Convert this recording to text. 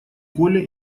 коля